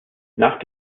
nach